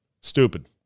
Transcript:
stupid